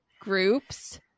groups